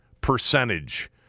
percentage